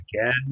again